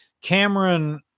cameron